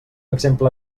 exemple